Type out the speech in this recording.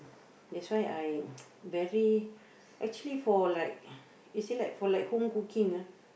that's why I very actually for like you see like for like home cooking ah